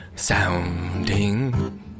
Sounding